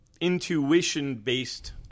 intuition-based